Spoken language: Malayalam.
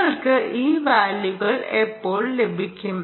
നിങ്ങൾക്ക് ഈ വാല്യുകൾ എപ്പോൾ ലഭിക്കും